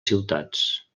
ciutats